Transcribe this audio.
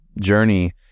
journey